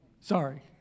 Sorry